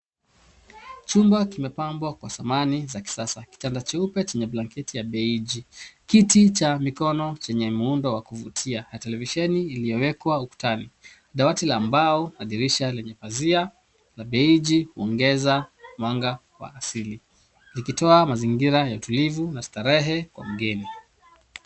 Chumba kimepambwa kwa samani za kisasa. Kitanda cheupe chenye blanketi ya beji, kiti cha mikono chenye muundo wa kuvutia na televisheni iliyo wekwa ukutani, dawati la mbao na dirisha lenye pazia ya beji kuongeza mwanga wa asili ikitoa mazingira tulivu ya starehe na utulivu kwa mgeni.